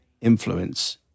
influence